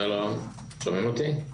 שלום, שומעים אותי?